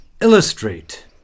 Illustrate